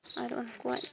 ᱟᱨ ᱩᱱᱠᱩᱣᱟᱜ